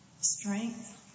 strength